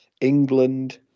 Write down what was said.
England